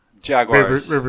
Jaguars